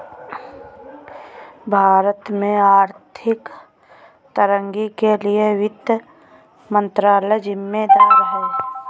भारत में आर्थिक तंगी के लिए वित्त मंत्रालय ज़िम्मेदार है